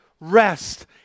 rest